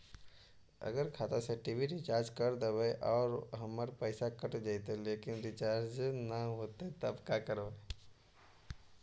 अगर खाता से टी.वी रिचार्ज कर देबै और हमर पैसा कट जितै लेकिन रिचार्ज न होतै तब का करबइ?